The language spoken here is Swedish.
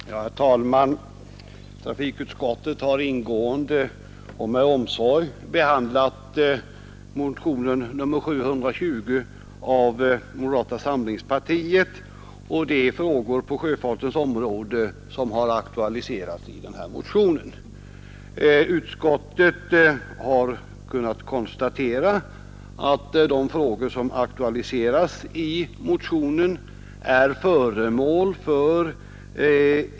Herr talman! Trafikutskottet har ingående och med omsorg behandlat motionen 720, som väckts av representanter för moderata samlingspartiet och i vilken frågor på sjöfartens område har aktualiserats. Utskottet har kunnat konstatera att dessa frågor är föremål för aktivitet från regeringens sida.